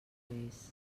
hagués